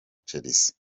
chelsea